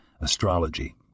astrology